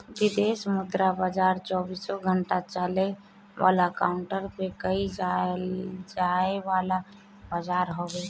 विदेशी मुद्रा बाजार चौबीसो घंटा चले वाला काउंटर पे कईल जाए वाला बाजार हवे